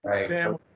Sam